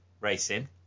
racing